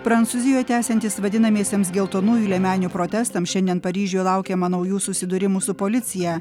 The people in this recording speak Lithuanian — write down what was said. prancūzijoj tęsiantis vadinamiesiems geltonųjų liemenių protestams šiandien paryžiuje laukiama naujų susidūrimų su policija